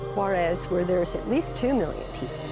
juarez, where there's at least two million